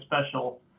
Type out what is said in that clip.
special